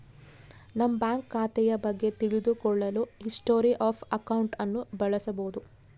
ನಮ್ಮ ಬ್ಯಾಂಕ್ ಖಾತೆಯ ಬಗ್ಗೆ ತಿಳಿದು ಕೊಳ್ಳಲು ಹಿಸ್ಟೊರಿ ಆಫ್ ಅಕೌಂಟ್ ಅನ್ನು ಬಳಸಬೋದು